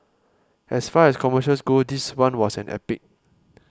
as far as commercials go this one was an epic